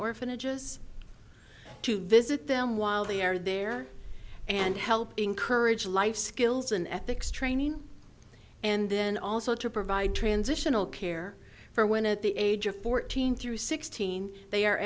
orphanages to visit them while they are there and help encourage life skills and ethics training and then also to provide transitional care for when at the age of fourteen through sixteen they